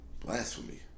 Blasphemy